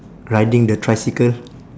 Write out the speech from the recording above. riding the tricycle